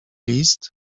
list